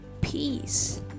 peace